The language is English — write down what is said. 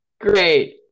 Great